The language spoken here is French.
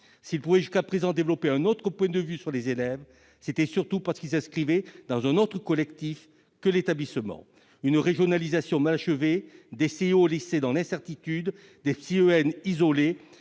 S'ils pouvaient jusqu'à présent développer un autre point de vue sur les élèves, c'était surtout parce qu'ils s'inscrivaient dans un autre collectif que l'établissement. Une régionalisation mal achevée, des CIO au lycée dans l'incertitude, des psychologues